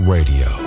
Radio